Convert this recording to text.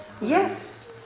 Yes